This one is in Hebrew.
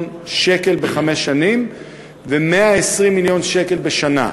שקל בחמש שנים ו-120 מיליון שקל בשנה,